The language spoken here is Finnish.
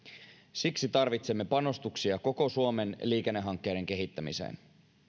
siksi tarvitsemme panostuksia koko suomen liikennehankkeiden kehittämiseen